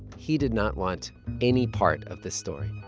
he did not want any part of this story